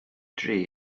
dri